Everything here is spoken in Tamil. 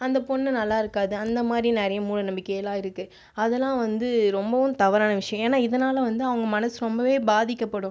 அந்த பொண்ணு நல்லா இருக்காது அந்த மாதிரி நிறைய மூடநம்பிக்கையலாம் இருக்குது அதெல்லாம் வந்து ரொம்பவும் தவறான விஷயம் ஏன்னால் இதனால் வந்து அவங்க மனசு ரொம்பவே பாதிக்கப்படும்